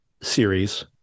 series